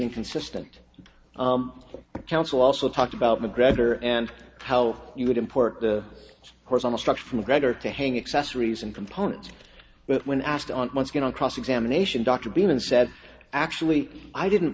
inconsistent council also talked about mcgregor and how you would import the course on a structure from gregor to hang accessories and components but when asked on what's going on cross examination dr beaman said actually i didn't